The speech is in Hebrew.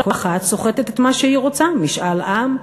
כל אחת סוחטת את מה שהיא רוצה: משאל עם,